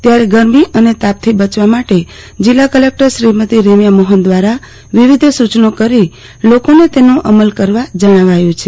ત્યારે ગરમી તેમજ તાપથી બચવા માટે જિલ્લા કલેક્ટર શ્રીમતી રેમ્યા મોફન દ્વારા વિવિધ સુચનો કરીને તેનો અમલ કરવા માટે જણાવાયું છે